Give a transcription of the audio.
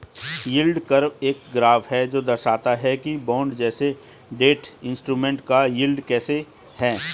yield curve एक graph है जो दर्शाता है कि बॉन्ड जैसे डेट इंस्ट्रूमेंट पर यील्ड कैसे है